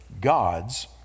God's